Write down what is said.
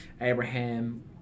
Abraham